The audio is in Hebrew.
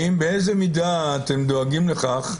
באיזו מידה אתם דואגים לכך,